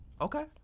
Okay